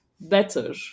better